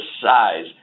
size